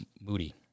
Moody